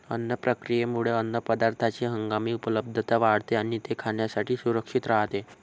अन्न प्रक्रियेमुळे अन्नपदार्थांची हंगामी उपलब्धता वाढते आणि ते खाण्यासाठी सुरक्षित राहते